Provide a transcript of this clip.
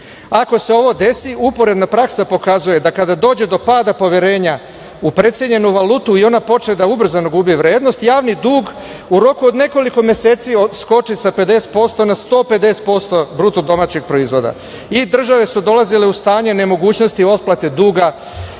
Ako se ovo desi uporedna praska pokazuje da kada dođe do pada poverenja u precenjenu valutu i ona počne ubrzano da gubi vrednost javni dug od nekoliko meseci skoči sa 50% na 150% bruto domaćeg proizvoda i države su dolazile u stanje nemogućnosti otplate duga